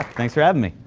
thanks for having me.